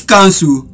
Council